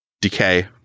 decay